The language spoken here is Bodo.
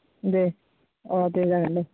दे औ दे जागोन दे